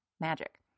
Magic